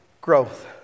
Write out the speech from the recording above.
growth